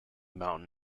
mountain